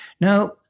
Now